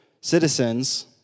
citizens